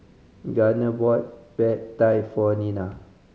Garner bought Pad Thai for Nina